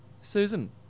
Susan